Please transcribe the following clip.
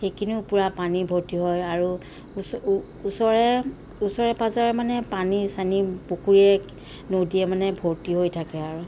সেইখিনিও পূৰা পানী ভৰ্তি হয় আৰু ওচৰে ওচৰে পাজৰে মানে পানী চানী মানে পুখুৰীয়ে নদীয়ে মানে ভৰ্তি হৈ থাকে আৰু